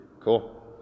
cool